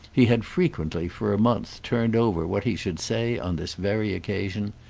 he had frequently for a month, turned over what he should say on this very occasion,